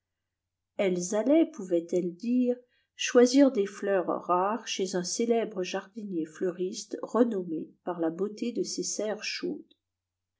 elles allaient pouvaient-elles dire choisir des fleurs rares chez un célèbre jardinier fleuriste renommé par la beauté de ses serres chaudes